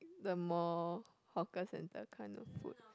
the more hawker centre kinda food